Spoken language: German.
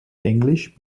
englisch